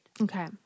Okay